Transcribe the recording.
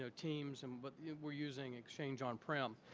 so teams and but we're using exchange on pram?